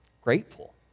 grateful